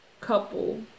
couple